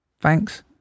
Thanks